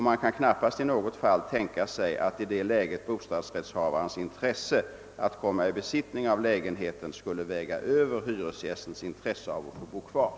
Man kan knappast tänka sig något fall där bostadsrättshavarens intresse att komma i besittning av lägenheten skulle väga över hyresgästens intresse av att bo kvar.